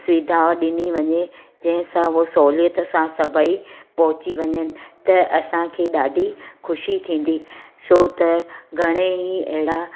सुविधा ॾिनी वञे जंहिं सां उहो सहूलियत सां सभई पहुची वञनि त असांखे ॾाढी ख़ुशी थींदी छो त घणेई अहिड़ा